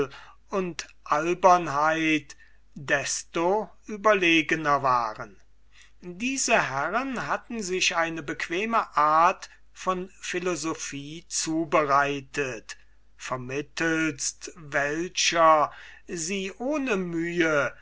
und albernheit desto überlegener waren diese herren hatten sich eine bequeme art von philosophie zubereitet vermittelst welcher sie ohne mühe